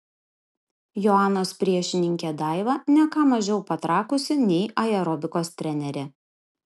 joanos priešininkė daiva ne ką mažiau patrakusi nei aerobikos trenerė